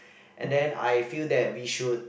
and then I feel that we should